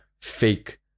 fake